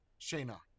Shayna